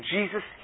Jesus